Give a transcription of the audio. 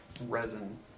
resin